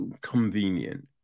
convenient